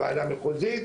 לוועדה המחוזית,